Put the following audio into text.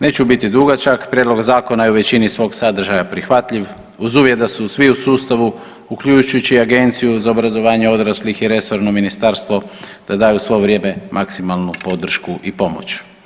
Neću biti dugačak, prijedlog zakona je u većini svog sadržaja prihvatljiv uz uvjet da su svi u sustavu, uključujući i Agenciju za obrazovanje odraslih i resorno ministarstvo da daju svo vrijeme maksimalnu podršku i pomoć.